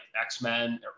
X-Men